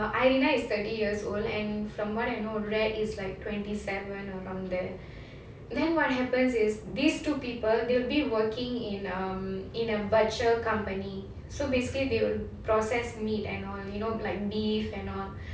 irina is thirty years old and from what I know rad is like twenty seven around there then what happens is these two people they'll be working in um in a butcher company so basically they will process meat and all you know like beef and all